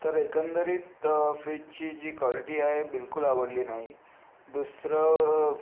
तर एकंदरीत फ्रिजची जी क्वालिटी आहे बिलकुल आवडली नाही दुसरं